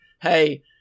hey